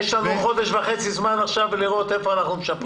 יש לנו חודש וחצי זמן עכשיו לראות איפה אנחנו משפרים.